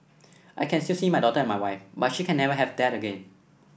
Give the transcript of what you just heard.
I can still see my daughter and my wife but she can never have that again